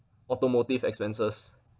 automotive expenses